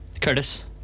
Curtis